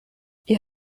ihr